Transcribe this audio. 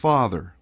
Father